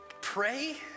pray